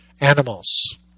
Animals